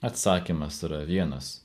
atsakymas yra vienas